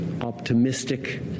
optimistic